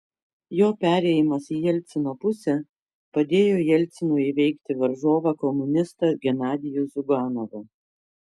jo perėjimas į jelcino pusę padėjo jelcinui įveikti varžovą komunistą genadijų ziuganovą